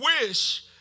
wish